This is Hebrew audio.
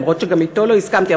אף שאתו לא הסכמתי.